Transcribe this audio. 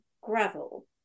gravel